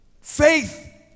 Faith